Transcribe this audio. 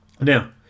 Now